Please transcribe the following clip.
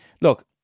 look